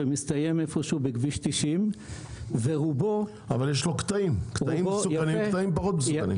ומסתיים איפשהו בכביש 90. אבל יש בו קטעים מסוכנים וקטעים פחות מסוכנים.